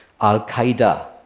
Al-Qaeda